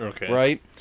right